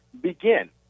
begin